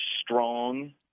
strong